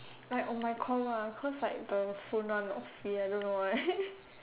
like on my call lah cause like the phone one not free I don't know why